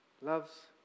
loves